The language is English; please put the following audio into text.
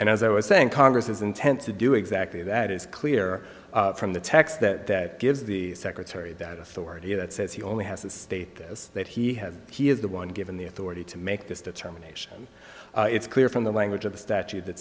and as i was saying congress is intent to do exactly that is clear from the text that that gives the secretary that authority that says he only has the status that he has he is the one given the authority to make this determination it's clear from the language of the statute that